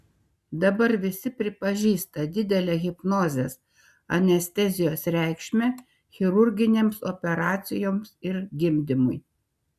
dabar visi pripažįsta didelę hipnozės anestezijos reikšmę chirurginėms operacijoms ir gimdymui